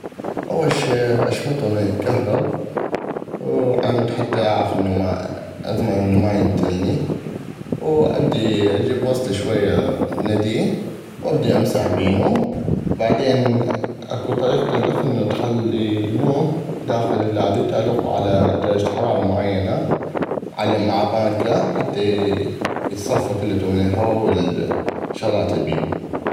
اول شي اشمطو من الكهرب علمود حتى اضمن ما ينتلني وابدي اجيب وصلي شوية ندي وابدي امسح بينو. بعدين اكو طريقة الخ انو تخلي نوم داخ الهذي وتعلقو على درجة حرارة معينة مع بانكة علمود يصفى كلو من الهواء والشغلات الي بينو.